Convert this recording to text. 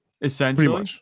Essentially